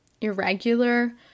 irregular